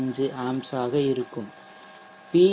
65 amps ஆக இருக்கும் B